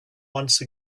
once